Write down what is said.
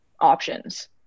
options